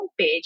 homepage